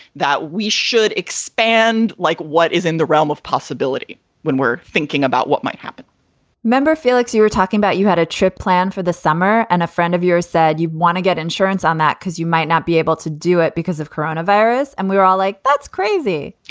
that we should expand like what is in the realm of possibility when we're thinking about what might happen remember, felix, you were talking about you had a trip planned for the summer and a friend of yours said you want to get insurance on that because you might not be able to do it because of coronavirus. and we're all like, that's crazy.